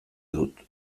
dut